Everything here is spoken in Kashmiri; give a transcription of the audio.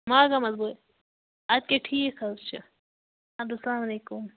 ماگام حظ وٲتۍ اَدٕ کیٛاہ ٹھیٖک حظ چھُ اَدٕ حظ السلامُ علیکُم